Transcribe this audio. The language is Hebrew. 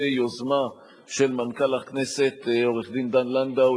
יוזמה של מנכ"ל הכנסת עורך-הדין דן לנדאו,